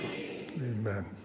Amen